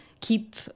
keep